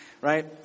right